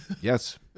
yes